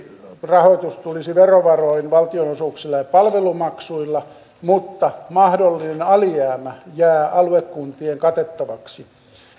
rahoitus tulisi verovaroin valtionosuuksilla ja ja palvelumaksuilla mutta mahdollinen alijäämä jää aluekuntien katettavaksi eli